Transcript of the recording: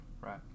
Right